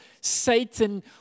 Satan